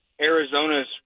Arizona's